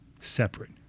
separate